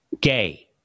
Gay